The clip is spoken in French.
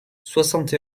soixante